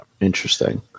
Interesting